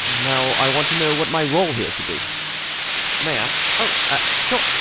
now, i want to know what my role here should be may i? oh, ah, sure!